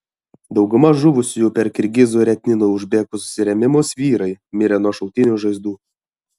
dauguma žuvusiųjų per kirgizų ir etninių uzbekų susirėmimus vyrai mirę nuo šautinių žaizdų